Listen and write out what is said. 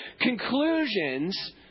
Conclusions